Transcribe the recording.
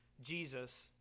Jesus